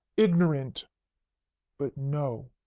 ignorant but, no!